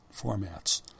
formats